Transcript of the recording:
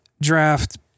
draft